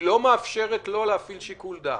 היא לא מאפשרת לו להפעיל שיקול דעת.